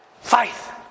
faith